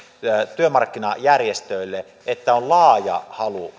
työmarkkinajärjestöille että on laaja